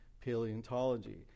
paleontology